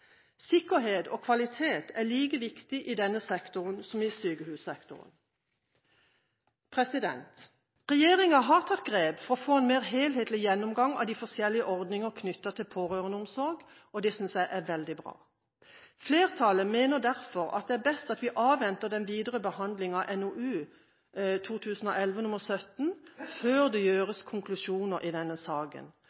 Sikkerhet og kvalitet er like viktig i denne sektoren som i sykehussektoren. Regjeringen har tatt grep for å få en mer helhetlig gjennomgang av de forskjellige ordninger knyttet til pårørendeomsorg, og det synes jeg er veldig bra. Flertallet mener derfor at det er best at vi avventer den videre behandlingen av NOU 2011:17 før det